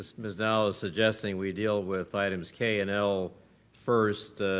ms. dowell is suggesting we deal with items k and l first,